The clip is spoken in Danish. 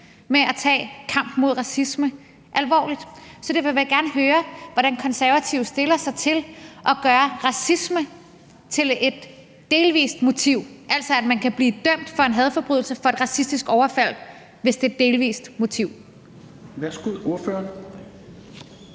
med at tage kampen mod racisme alvorligt. Derfor vil jeg gerne høre, hvordan Konservative stiller sig i forhold til at gøre racisme til et delvist motiv, altså at man kan blive dømt for en hadforbrydelse, for et racistisk overfald, hvis det er et delvist motiv. Kl. 16:55 Tredje